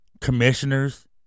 commissioners